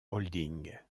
holding